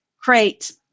create